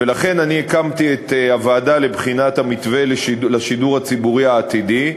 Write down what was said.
ולכן הקמתי את הוועדה לבחינת המתווה לשידור הציבורי העתידי,